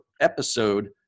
episode